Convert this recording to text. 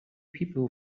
people